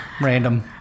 Random